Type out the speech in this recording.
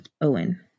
Owen